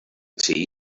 tea